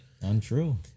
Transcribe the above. untrue